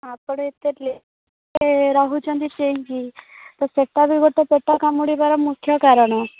ଆପଣ ଏତେ ଲେଟ୍ ରହୁଛନ୍ତି ଚେଇଁକି ତ ସେଟା ବି ଗୋଟେ ପେଟ କାମୁଡ଼ିବାର ମୁଖ୍ୟ କାରଣ